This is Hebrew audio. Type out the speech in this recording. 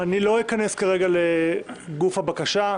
אני לא אכנס כרגע לגוף הבקשה,